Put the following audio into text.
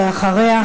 ואחריה,